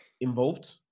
involved